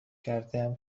کردهام